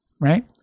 Right